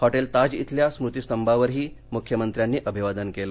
hotel Taj इथल्या स्मृतिस्तंभावरही मुख्यमंत्र्यानी अभिवादन केलं